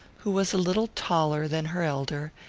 who was a little taller than her elder,